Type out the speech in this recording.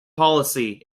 policy